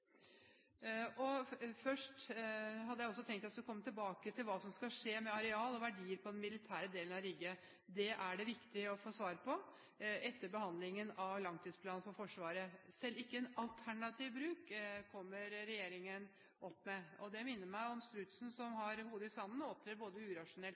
tør! Først hadde jeg tenkt jeg skulle komme tilbake til hva som skal skje med areal og verdier på den militære delen av Rygge. Det er det viktig å få svar på etter behandlingen av langtidsplanen for Forsvaret. Selv ikke en alternativ bruk kommer regjeringen opp med. Det minner meg om strutsen som har hodet i sanden, og som opptrer både urasjonelt